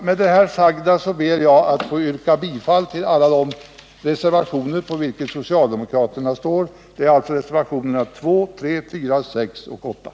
Med det sagda ber jag att få yrka bifall till alla de reservationer på vilka vi socialdemokrater står, alltså reservationerna 2, 3, 4, 6, 8 och 9.